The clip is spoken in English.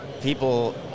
people